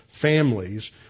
families